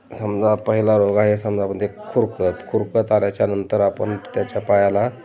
समजा पहिला रोग आहे समजा मग ते खुरकत खुरकत आल्याच्यानंतर आपण त्याच्या पायाला